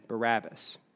Barabbas